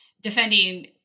defending